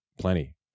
Plenty